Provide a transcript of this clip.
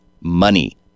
money